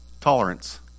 tolerance